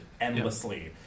endlessly